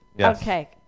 Okay